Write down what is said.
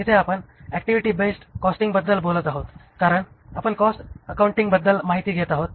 इथे आपण activity based costing बद्दल बोलत आहोत कारण आपण कॉस्ट अकाउंटिंग बद्दल माहिती घेत आहोत